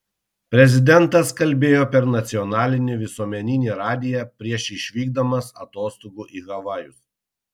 prezidentas kalbėjo per nacionalinį visuomeninį radiją prieš išvykdamas atostogų į havajus